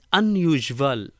unusual